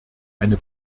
eine